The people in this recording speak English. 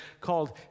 called